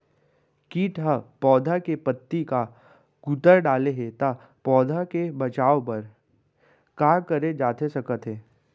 किट ह पौधा के पत्ती का कुतर डाले हे ता पौधा के बचाओ बर का करे जाथे सकत हे?